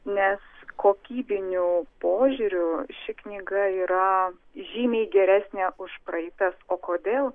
nes kokybiniu požiūriu ši knyga yra žymiai geresnė už praeitas o kodėl